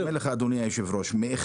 אני אומר לך אדוני היושב ראש שמ-1,